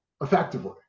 effectively